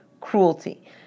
cruelty